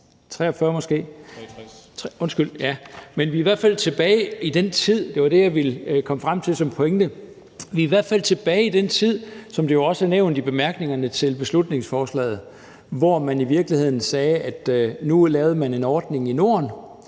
– det var det, jeg ville komme frem til som pointe, og det er jo også nævnt i bemærkningerne til beslutningsforslaget – hvor man i virkeligheden sagde, at nu lavede man en ordning i Norden,